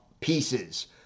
pieces